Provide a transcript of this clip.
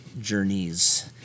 journeys